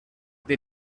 they